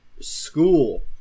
school